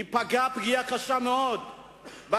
פגעו פגיעה קשה מאוד במלחמה.